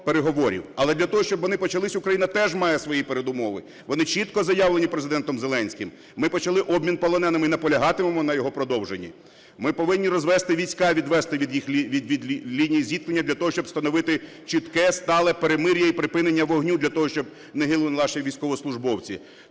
Але для того, щоб вони почались, Україна теж має свої передумови. Вони чітко заявлені Президентом Зеленським. Ми почали обмін полоненими і наполягатимемо на його продовженні. Ми повинні розвести війська, відвести їх від лінії зіткнення для того, щоб встановити чітке стале перемир'я і припинення вогню, для того, щоб не гинули наші військовослужбовці.